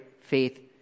faith